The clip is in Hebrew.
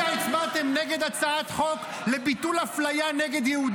מקודם הצבעת נגד כל אוכלוסיית יהודה